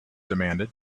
demanded